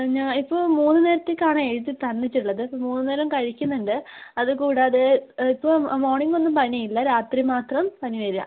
പിന്നെ ഇപ്പോൾ മൂന്നു നേരത്തേക്കാണ് എഴുതി തന്നിട്ടുള്ളത് അപ്പം മൂന്നുനേരം കഴിക്കുന്നുണ്ട് അതുകൂടാതെ ഇപ്പം മോർണിംഗ് ഒന്നും പനിയില്ല രാത്രി മാത്രം പനി വരികയാണ്